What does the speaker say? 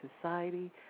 society